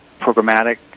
programmatic